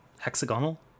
hexagonal